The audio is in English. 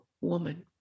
woman